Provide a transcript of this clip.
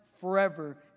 forever